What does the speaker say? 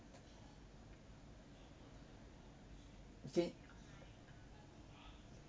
okay